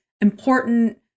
important